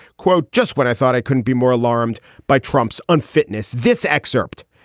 quote, just what i thought. i couldn't be more alarmed by trump's unfitness. this excerpt,